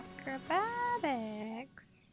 acrobatics